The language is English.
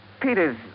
Peters